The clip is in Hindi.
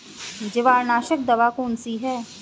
जवारनाशक दवा कौन सी है?